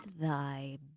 thy